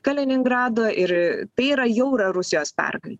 kaliningrado ir tai yra jau yra rusijos pergalė